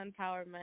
empowerment